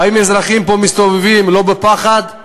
האם אזרחים מסתובבים פה בלא פחד?